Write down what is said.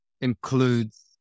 includes